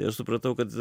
ir supratau kad